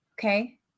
okay